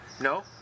No